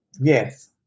Yes